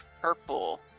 purple